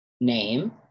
name